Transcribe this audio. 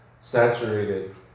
saturated